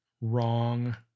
Wrong